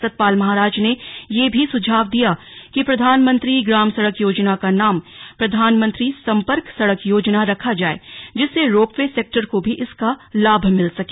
सतपाल महाराज ने ये भी सुझाव दिया कि प्रधानमंत्री ग्राम सड़क योजना का नाम प्रधानमंत्री सम्पर्क सड़क योजना रखा जाये जिससे रोपवे सेक्टर को भी इसका लाभ मिल सके